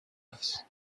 است